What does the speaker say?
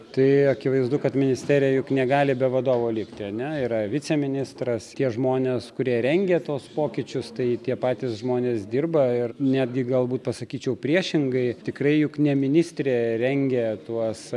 tai akivaizdu kad ministerija juk negali be vadovo likti ar ne yra viceministras tie žmonės kurie rengia tuos pokyčius tai tie patys žmonės dirba ir netgi galbūt pasakyčiau priešingai tikrai juk ne ministrė rengė tuos